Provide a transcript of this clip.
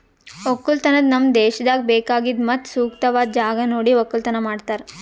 ಒಕ್ಕಲತನ ನಮ್ ದೇಶದಾಗ್ ಬೇಕಾಗಿದ್ ಮತ್ತ ಸೂಕ್ತವಾದ್ ಜಾಗ ನೋಡಿ ಒಕ್ಕಲತನ ಮಾಡ್ತಾರ್